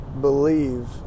believe